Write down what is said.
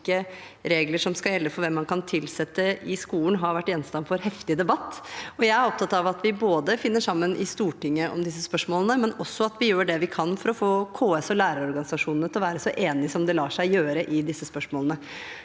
hvilke regler som skal gjelde for hvem man kan tilsette i skolen, har vært gjenstand for heftig debatt. Jeg er opptatt av at vi finner sammen i Stortinget om disse spørsmålene, men også at vi gjør det vi kan for å få KS og lærerorganisasjonene til å være så enige som det lar seg gjøre i disse spørsmålene.